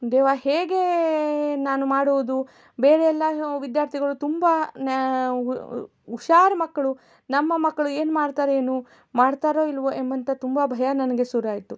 ದೇವಾ ಹೇಗೆ ನಾನು ಮಾಡುವುದು ಬೇರೆ ಎಲ್ಲ ವಿದ್ಯಾರ್ಥಿಗಳು ತುಂಬ ಹುಷಾರ್ ಮಕ್ಕಳು ನಮ್ಮ ಮಕ್ಕಳು ಏನು ಮಾಡ್ತಾರೆ ಏನು ಮಾಡ್ತಾರೋ ಇಲ್ಲವೋ ಎಂಬಂಥ ತುಂಬ ಭಯ ನನಗೆ ಶುರುವಾಯ್ತು